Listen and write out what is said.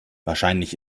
wahrscheinlich